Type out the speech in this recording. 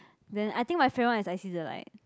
then I think my favorite one is I See the Light